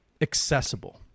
Accessible